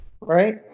right